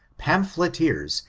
pamphleteers,